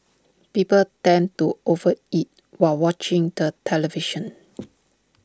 people tend to over eat while watching the television